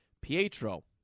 Pietro